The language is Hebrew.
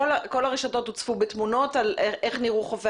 כל הרשתות הוצפו בתמונות על איך נראו חופי